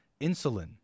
insulin